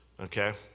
Okay